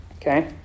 Okay